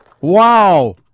Wow